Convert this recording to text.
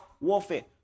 warfare